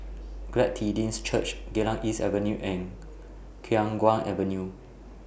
Glad Tidings Church Geylang East Avenue and Khiang Guan Avenue